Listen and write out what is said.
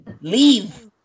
leave